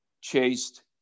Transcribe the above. chased